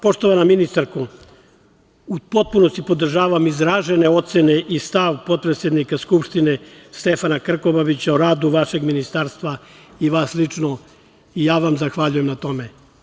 Poštovana ministarko, u potpunosti podržavam izražene ocene i stav potpredsednika Skupštine Stefana Krkobabića o radu vašeg ministarstva i vas lično i ja vam zahvaljujem na tome.